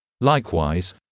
Likewise